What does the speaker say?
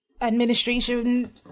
administration